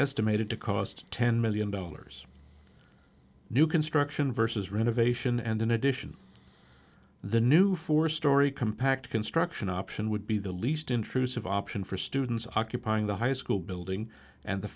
estimated to cost ten million dollars new construction versus renovation and in addition the new four storey compact construction option would be the least intrusive option for students occupying the high school building and the